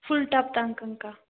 full டாப்தாங்கக்கா